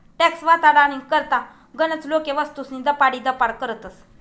tax वाचाडानी करता गनच लोके वस्तूस्नी दपाडीदपाड करतस